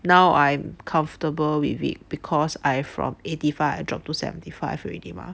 now I'm comfortable with it because I from eighty five dropped to seventy five already mah